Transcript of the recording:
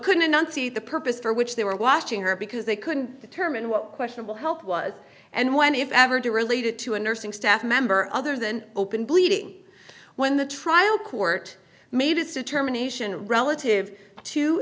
could not see the purpose for which they were watching her because they couldn't determine what questionable help was and when if ever do related to a nursing staff member other than open bleeding when the trial court made its determination relative to